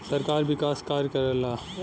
सरकार विकास कार्य करला